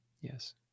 Yes